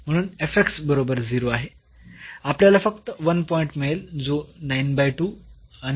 म्हणून बरोबर 0 आहे आपल्याला फक्त 1 पॉईंट मिळेल जो आणि आहे